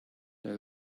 now